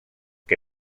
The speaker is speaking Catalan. que